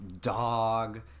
dog